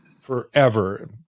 forever